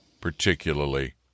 particularly